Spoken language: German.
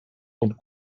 und